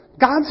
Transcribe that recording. God's